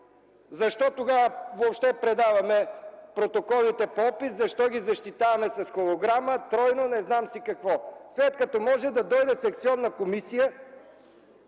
Защо въобще тогава предаваме протоколите по опис, защо ги защитаваме с холограма, тройно, не знам си какво, след като може да дойде секционна комисия